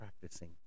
practicing